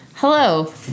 Hello